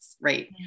Right